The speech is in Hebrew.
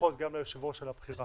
וברכות גם ליושב-ראש על הבחירה.